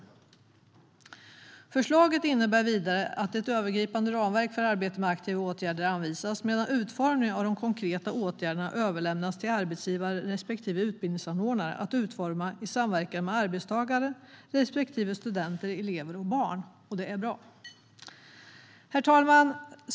Förslaget innebär vidare att ett övergripande ramverk för arbetet med aktiva åtgärder anvisas, medan utformningen av de konkreta åtgärderna överlämnas till arbetsgivare respektive utbildningsanordnare i samverkan med arbetstagare respektive studenter, elever och barn, och det är bra. Herr talman!